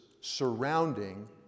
surrounding